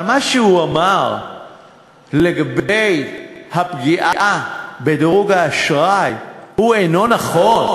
אבל מה שהוא אמר לגבי הפגיעה בדירוג האשראי אינו נכון.